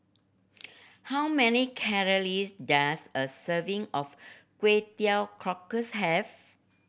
how many calories does a serving of Kway Teow Cockles have